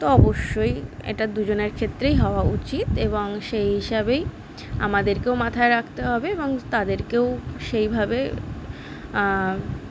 তো অবশ্যই এটা দুজনার ক্ষেত্রেই হওয়া উচিত এবং সেই হিসাবেই আমাদেরকেও মাথায় রাখতে হবে এবং তাদেরকেও সেইভাবে